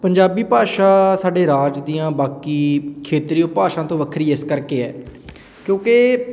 ਪੰਜਾਬੀ ਭਾਸ਼ਾ ਸਾਡੇ ਰਾਜ ਦੀਆਂ ਬਾਕੀ ਖੇਤਰੀ ਉਪਭਾਸ਼ਾ ਤੋਂ ਵੱਖਰੀ ਇਸ ਕਰਕੇ ਹੈ ਕਿਉਂਕਿ